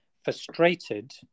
frustrated